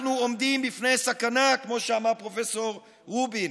אנחנו עומדים בפני סכנה, כמו שאמר פרופ' רובין.